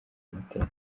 umutekano